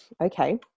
okay